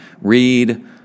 read